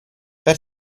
per